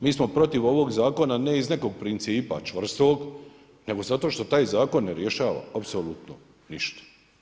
Mi smo protiv ovog zakona ne iz nekog principa čvrstog nego zato što taj zakon ne rješava apsolutno ništa.